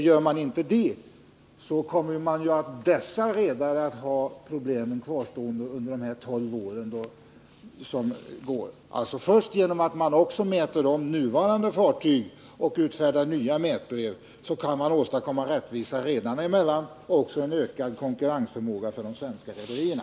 Gör man inte det kommer dessa redare att ha problemen kvar under dessa tolv år. Det betyder alltså att först genom att också mäta de nuvarande fartygen och utfärda nya mätbrev kan man åstadkomma rättvisa redarna emellan och även en ökad konkurrensförmåga för de svenska redarna.